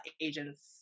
agents